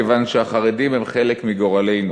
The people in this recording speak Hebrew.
כיוון שחרדים הם חלק מגורלנו.